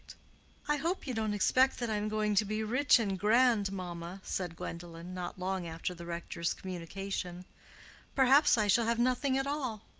i hope you don't expect that i am going to be rich and grand, mamma, said gwendolen, not long after the rector's communication perhaps i shall have nothing at all.